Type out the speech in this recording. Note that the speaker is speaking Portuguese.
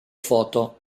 foto